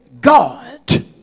God